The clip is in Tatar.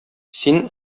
син